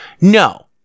no